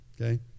Okay